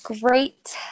great